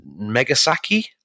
Megasaki